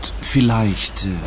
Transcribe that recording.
vielleicht